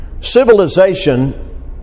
civilization